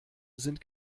sind